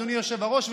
אדוני היושב-ראש,